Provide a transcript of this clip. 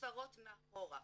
הספרות מאחור".